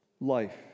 life